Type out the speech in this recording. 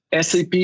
SAP